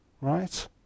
right